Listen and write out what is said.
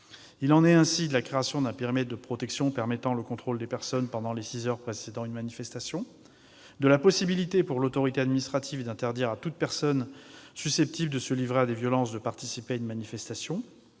Il en est ainsi de la création d'un périmètre de protection permettant le contrôle des personnes pendant les six heures précédant une manifestation, de la possibilité pour l'autorité administrative d'interdire à toute personne susceptible de se livrer à des violences de participer à une manifestation